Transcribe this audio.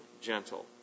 gentle